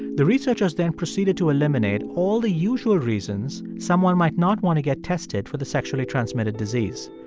the researchers then proceeded to eliminate all the usual reasons someone might not want to get tested for the sexually transmitted disease.